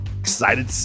excited